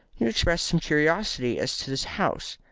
you expressed some curiosity as to this house.